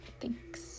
thanks